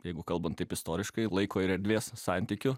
jeigu kalbant taip istoriškai laiko ir erdvės santykių